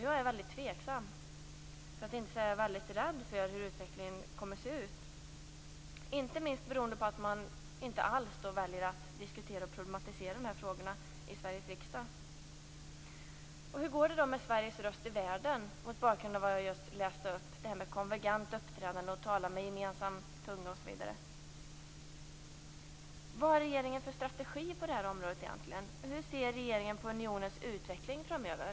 Jag är väldigt tveksam, för att inte säga väldigt rädd, för hur utvecklingen kommer att se ut - inte minst beroende på att man väljer att inte alls diskutera och problematisera de här frågorna i Sveriges riksdag. Hur går det med Sveriges röst i världen mot bakgrund av vad jag just läste upp om konvergent uppträdande, att tala med gemensam tunga osv? Vad har regeringen för strategi på det här området egentligen? Hur ser regeringen på unionens utveckling framöver?